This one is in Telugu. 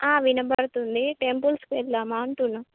వినబడుతుంది టెంపుల్స్కి వెళ్దామా అంటున్నా